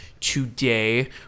today